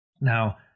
Now